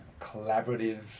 collaborative